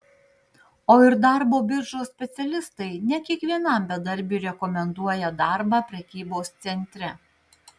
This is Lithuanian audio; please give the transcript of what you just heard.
o ir darbo biržos specialistai ne kiekvienam bedarbiui rekomenduoja darbą prekybos centre